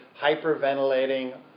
hyperventilating